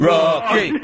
Rocky